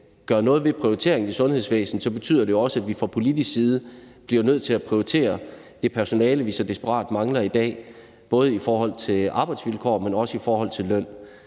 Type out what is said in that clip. gøre noget ved prioriteringerne i sundhedsvæsenet, betyder det jo også, at vi fra politisk side bliver nødt til at prioritere det personale, vi så desperat mangler i dag, både i forhold til arbejdsvilkår, men også i forhold til løn.